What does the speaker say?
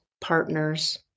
partners